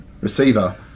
receiver